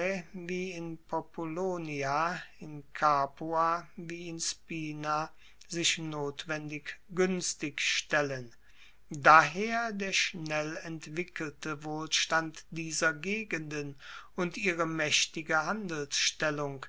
wie in populonia in capua wie in spina sich notwendig guenstig stellen daher der schnell entwickelte wohlstand dieser gegenden und ihre maechtige